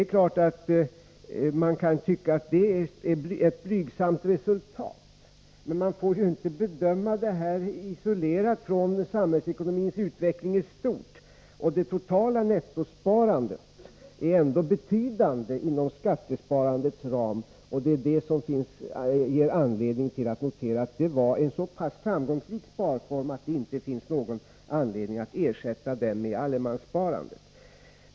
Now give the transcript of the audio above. Man kan naturligtvis tycka att det är ett blygsamt resultat, men man får ju inte bedöma det här isolerat från samhällsekonomins utveckling i stort. Det totala nettosparandet är ändå betydande inom skattesparandets ram. Det finns anledning att notera att det var en så pass framgångsrik sparform att det inte finns någon anledning att ersätta den med allemanssparande.